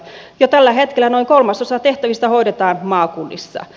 jo tällä hetkellä noin kolmasosa tehtävistä hoidetaan maakunnissa